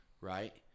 right